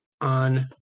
on